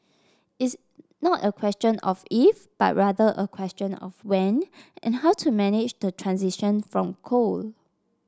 it's not a question of if but rather a question of when and how to manage the transition from coal